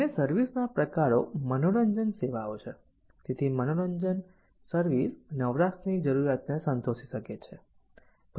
અને સર્વિસ ના પ્રકારો મનોરંજન સેવાઓ છે તેથી મનોરંજન સર્વિસ નવરાશની જરૂરિયાતને સંતોષી શકે છે